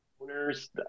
owners